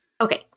Okay